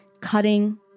Cutting